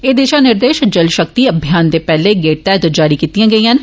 एह दिषा निर्देष जल षक्ति अभियान दे पैहले गेड़ तैहत जारी कीतियां गेइयां न